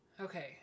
Okay